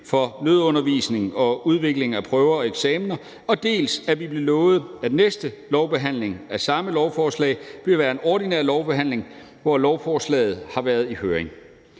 for nødundervisning og udvikling af prøver og eksaminer, dels, at vi blev lovet, at næste behandling af samme lovforslag ville være en ordinær lovbehandling, hvor lovforslaget har været i høring.